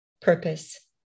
purpose